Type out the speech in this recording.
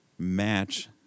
Match